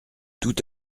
tout